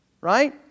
Right